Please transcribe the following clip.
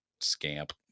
scamp